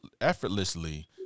effortlessly